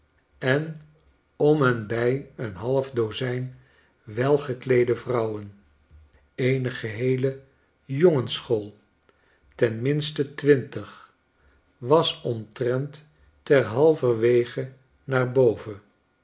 en om en bij een half dozijn welgekleede vrouwen eenegeheele jongensschool ten minste twintig was omtrent ter halverwege naar boven